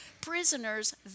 prisoners